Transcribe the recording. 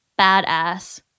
badass